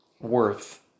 worth